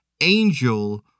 angel